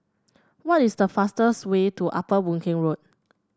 what is the fastest way to Upper Boon Keng Road